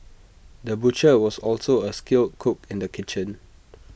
the butcher was also A skilled cook in the kitchen